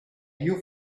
you